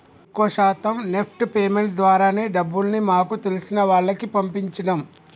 ఎక్కువ శాతం NEFT payments ద్వారానే డబ్బుల్ని మాకు తెలిసిన వాళ్లకి పంపించినం